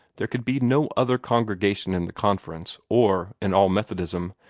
there could be no other congregation in the conference, or in all methodism,